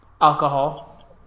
Alcohol